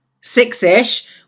six-ish